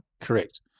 Correct